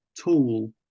tool